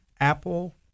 Apple